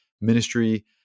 ministry